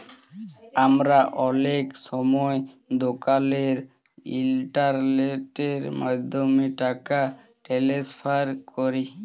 আমরা অলেক সময় দকালের ইলটারলেটের মাধ্যমে টাকা টেনেসফার ক্যরি